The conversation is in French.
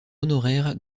honoraire